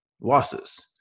losses